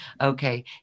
Okay